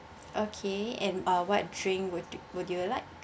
okay and uh what drink would would you like